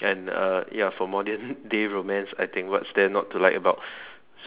and uh ya for modern day romance what's there not to like about